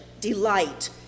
delight